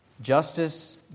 Justice